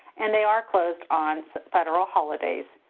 and they are closed on federal holidays.